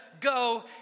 go